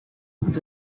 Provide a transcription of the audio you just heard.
with